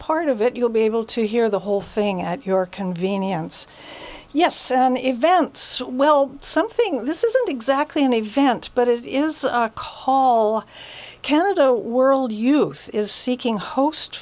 part of it you'll be able to hear the whole thing at your convenience yes and events well something this isn't exactly an event but it is call canada world youth is seeking host